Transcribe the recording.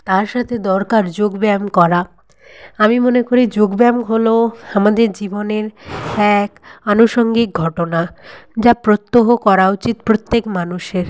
তার সাথে দরকার যোগ ব্যায়াম করা আমি মনে করি যোগ ব্যায়াম হলো আমাদের জীবনের এক আনুষঙ্গিক ঘটনা যা প্রত্যহ করা উচিত প্রত্যেক মানুষের